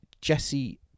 Jesse